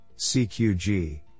CQG